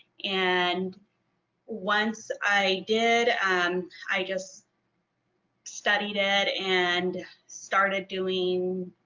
and once i did um i just studied it and started doing